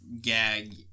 gag